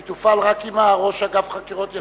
היא תופעל רק אם ראש אגף חקירות יסכים.